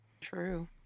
True